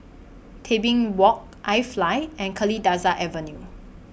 Tebing Walk IFly and Kalidasa Avenue